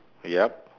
yup